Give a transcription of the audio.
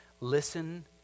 listen